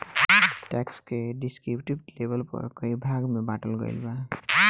tax के descriptive label पर कई भाग में बॉटल गईल बा